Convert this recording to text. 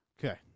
Okay